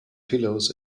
pillows